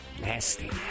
Nasty